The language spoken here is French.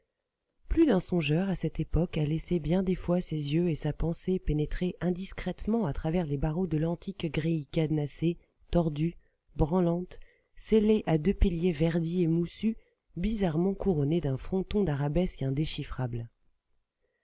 plus d'un songeur à cette époque a laissé bien des fois ses yeux et sa pensée pénétrer indiscrètement à travers les barreaux de l'antique grille cadenassée tordue branlante scellée à deux piliers verdis et moussus bizarrement couronné d'un fronton d'arabesques indéchiffrables